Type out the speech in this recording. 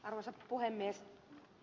arvoisa puhemies